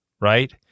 right